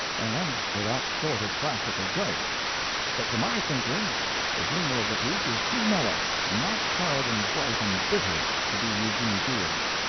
and for that sort of practical joke but to my thinking the humor of the piece is too mellow not hard and bright and bitter to be eugene field's.